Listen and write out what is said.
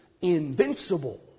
invincible